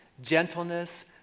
gentleness